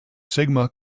sigma